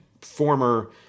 former